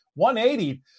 180